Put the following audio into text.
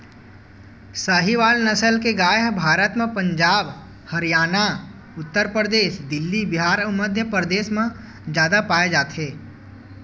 साहीवाल नसल के गाय ह भारत म पंजाब, हरयाना, उत्तर परदेस, दिल्ली, बिहार अउ मध्यपरदेस म जादा पाए जाथे